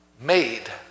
made